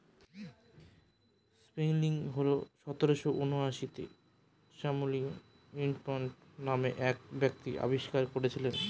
spinning wheel সতেরোশো ঊনআশিতে Samuel Crompton নামে এক ব্যক্তি আবিষ্কার করেছিলেন